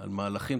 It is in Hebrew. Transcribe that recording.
על מהלכים.